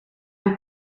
een